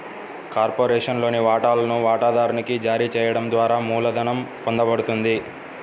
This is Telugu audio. కార్పొరేషన్లోని వాటాలను వాటాదారునికి జారీ చేయడం ద్వారా మూలధనం పొందబడుతుంది